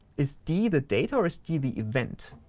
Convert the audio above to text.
is d the data? or is d the event?